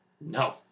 No